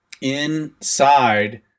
inside